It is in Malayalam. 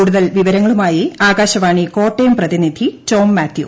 കൂടുതൽ വിവരങ്ങളുമായി ആകാശവാണി കോട്ടയം പ്രതിനിധി ടോം മാത്യു